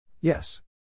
Yes